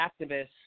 activists